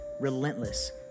relentless